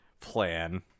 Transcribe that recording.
plan